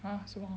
!huh! 什么